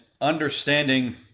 understanding